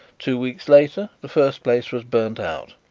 two weeks later the first place was burnt out.